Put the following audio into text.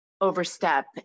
overstep